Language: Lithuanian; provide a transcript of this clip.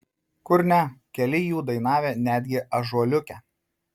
kur ne keli jų buvo dainavę netgi ąžuoliuke